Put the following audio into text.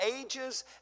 ages